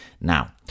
now